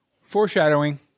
Foreshadowing